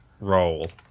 roll